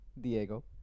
Diego